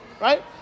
Right